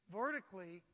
vertically